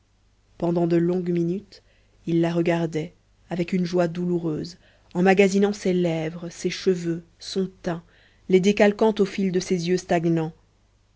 pendant de longues minutes il la regardait avec une joie douloureuse emmagasinant ses lèvres ses cheveux son teint les décalquant au fil de ses yeux stagnants